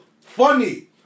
funny